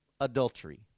adultery